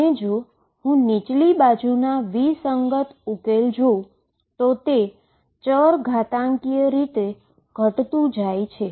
અને જો હું નીચલી બાજુના વિસંગત ઉકેલ જોઉ તો તે એક્સ્પોનેન્શીઅલ રીતે ઘટતું જાય છે